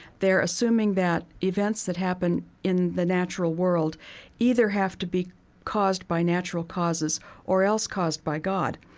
they're assuming that events that happen in the natural world either have to be caused by natural causes or else caused by god.